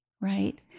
Right